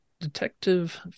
Detective